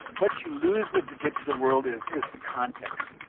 what you lose with the digital world is is the context.